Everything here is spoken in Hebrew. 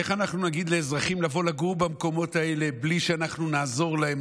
איך אנחנו נגיד לאזרחים לבוא לגור במקומות האלה בלי שאנחנו נעזור להם,